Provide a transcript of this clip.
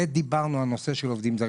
ודיברנו על נושא העובדים הזרים.